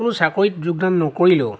কোনো চাকৰিত যোগদান নকৰিলেও